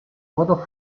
voto